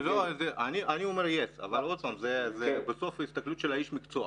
אני אומר yes, אבל בסוף זו הסתכלות של איש מקצוע.